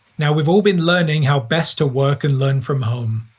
now, we've all been learning how best to work and learn from home.